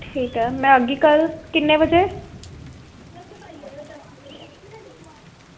ठीक ऐ में आह्गी कल्ल किन्ने बजे